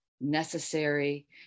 necessary